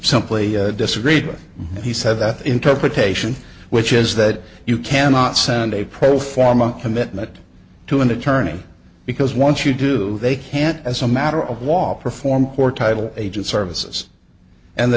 simply disagreed with and he said that interpretation which is that you cannot send a pro forma commitment to an attorney because once you do they can't as a matter of law perform or title agent services and the